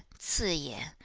si ye,